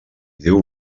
deu